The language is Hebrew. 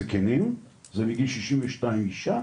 בתוכם נמנים מגיל 62 אישה,